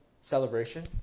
celebration